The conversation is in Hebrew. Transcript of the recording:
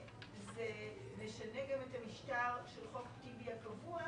זה משנה גם את המשטר של חוק טיבי הקבוע,